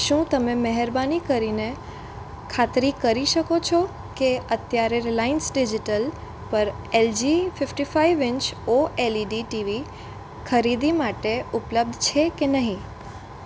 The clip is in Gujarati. શું તમે મહેરબાની કરીને ખાતરી કરી શકો છો કે અત્યારે રિલાઇન્સ ડિજિટલ પર LG fifty five inch OLED TV ખરીદી માટે ઉપલબ્ધ છે કે નહીં